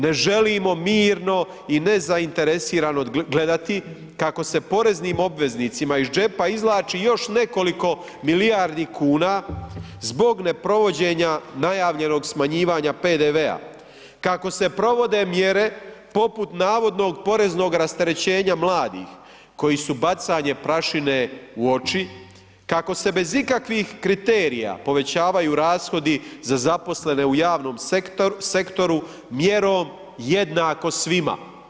Ne želimo mirno i nezainteresirano gledati kako se poreznim obveznicima iz džepa izvlači još nekoliko milijardi kuna zbog neprovođenja najavljenog smanjivanja PDV-a, kako se provode mjere poput navodnog poreznog rasterećenja mladih koji su bacanje prašine u oči, kako se bez ikakvih kriterija povećavaju rashodi za zaposlene u javnom sektoru mjerom jednako svima.